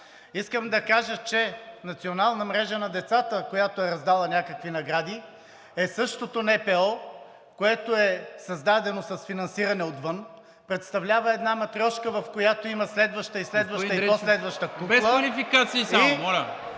Искам да кажа, че Национална мрежа на децата, която е раздала някакви награди, е същото НПО, което е създадено с финансиране отвън, представлява една матрьошка, в която има следваща и следваща… ПРЕДСЕДАТЕЛ НИКОЛА МИНЧЕВ: Господин